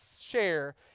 share